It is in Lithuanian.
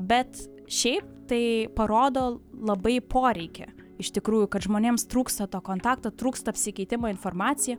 bet šiaip tai parodo labai poreikį iš tikrųjų kad žmonėms trūksta to kontakto trūksta apsikeitimo informacija